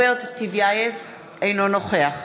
אינו נוכח